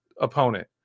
opponent